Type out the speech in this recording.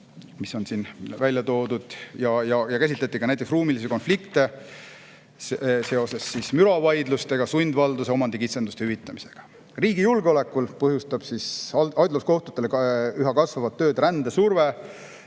mis on siin välja toodud, ja käsitleti ka ruumilisi konflikte seoses müravaidlustega, sundvalduste ja omandikitsenduste hüvitamisega. Riigi julgeolekuga seoses põhjustab halduskohtutele üha kasvavat tööd rändesurve,